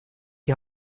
die